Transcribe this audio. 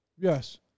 Yes